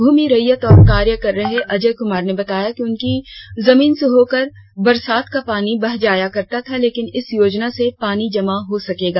भूमि रैयत और कार्य कर रहे अजय कुमार ने बताया कि उनकी जमीन से होकर बरसात का पानी बह जाया करता था लेकिन इस योजना से पानी जमा हो सकेगा